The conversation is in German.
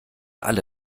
alle